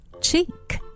cheek